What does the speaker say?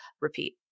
repeat